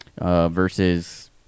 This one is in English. Versus